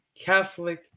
Catholic